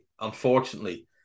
unfortunately